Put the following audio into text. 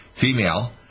female